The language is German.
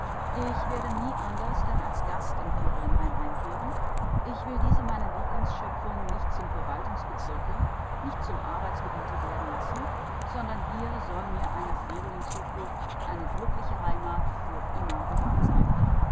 ich werde nie anders denn als gast im ferienheim einkehren ich will diese meine lieblingsschöpfung mir nicht zum verwaltungsbezirke nicht zum arbeitsgebiete werden lassen sondern hier soll mir eine ferienzuflucht eine glückliche heimat für immer bewahrt sein